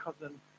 cousin